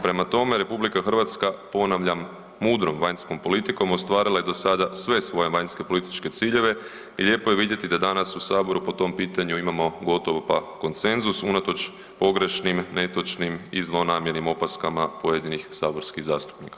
Prema tome, RH ponavljam, mudrom vanjskom politikom ostvarila je dosada sve svoje vanjsko-političke ciljeve i lijepo je vidjeti da danas u Saboru po tom pitanju imamo gotovo pa konsenzus unatoč pogrešnim, netočnim i zlonamjernim opaskama pojedinih saborskih zastupnika.